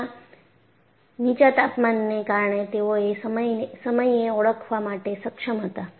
ત્યાં નીચા તાપમાનને કારણે તેઓ તે સમયે ઓળખવા માટે સક્ષમ હતા